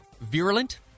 virulent